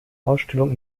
ausstellung